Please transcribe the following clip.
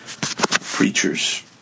preachers